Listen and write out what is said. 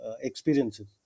experiences